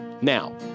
Now